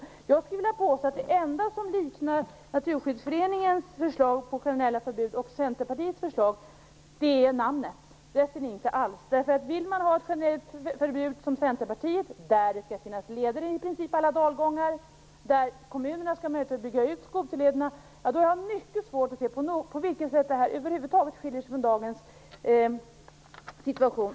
Jag skulle vilja påstå att den enda likheten mellan Naturskyddsföreningens förslag om generella förbud och Centerpartiets förslag är namnet. När det gäller resten finns det ingen likhet alls. Centerpartiet vill ha ett generellt förbud enligt vilket det i princip skall finnas leder i alla dalgångar och kommunerna skall ha möjlighet att bygga ut skoterlederna. Jag har mycket svårt att se på vilket sätt detta över huvud taget skiljer sig från dagens situation.